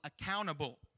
accountable